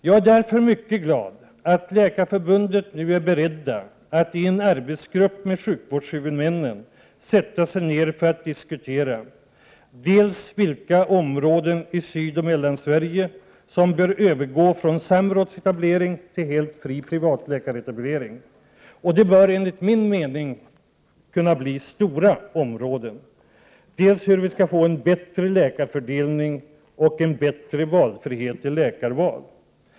Jag är därför mycket glad att Läkarförbundet nu är berett att i en arbetsgrupp med sjukvårdshuvudmännen sätta sig ned för att diskutera —- dels vilka områden i Sydoch Mellansverige som bör övergå från samrådsetablering till helt fri privatläkaretablering — det bör enligt min mening kunna bli stora områden —,—- dels hur vi skall få en bättre läkarfördelning och bättre valfrihet i läkarval.